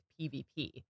PvP